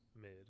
mid